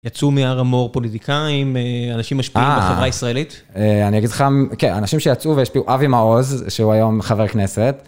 יצאו מה המור פוליטיקאים, אנשים משפיעים בחברה הישראלית. אני אגיד לך, כן, אנשים שיצאו והשפיעו, אבי מעוז, שהוא היום חבר כנסת.